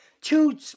Two